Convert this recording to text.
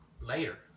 later